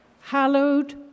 hallowed